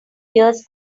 years